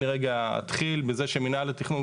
אני אתחיל בזה שמינהל התכנון,